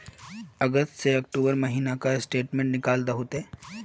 अगस्त से अक्टूबर महीना का स्टेटमेंट निकाल दहु ते?